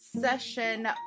session